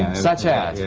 such as?